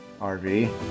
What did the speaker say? RV